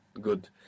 Good